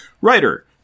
Writer